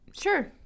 sure